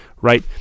right